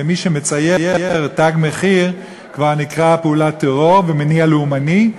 ומי שמצייר "תג מחיר" כבר נקרא "פעולת טרור" ו"מניע לאומני".